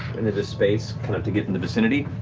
into this space kind of to get in the vicinity.